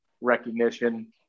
recognition